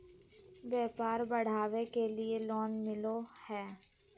व्यापार बढ़ावे के लिए लोन मिलो है?